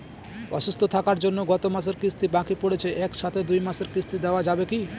অসুস্থ থাকার জন্য গত মাসের কিস্তি বাকি পরেছে এক সাথে দুই মাসের কিস্তি দেওয়া যাবে কি?